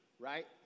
right